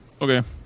Okay